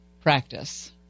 practice